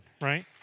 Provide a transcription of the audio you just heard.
right